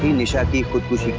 nisha